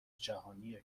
جهانی